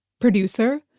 Producer